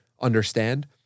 understand